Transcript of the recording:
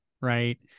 right